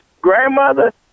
grandmother